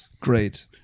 Great